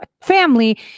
family